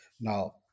now